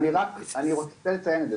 ואני רק רוצה לציין את זה.